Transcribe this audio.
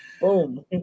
Boom